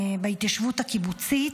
בהתיישבות הקיבוצית.